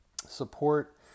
support